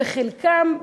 וחלקם,